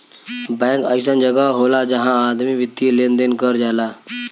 bank अइसन जगह होला जहां आदमी वित्तीय लेन देन कर जाला